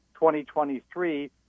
2023